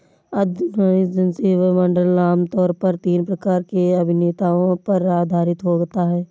आधुनिक जनसहयोग मॉडल आम तौर पर तीन प्रकार के अभिनेताओं पर आधारित होता है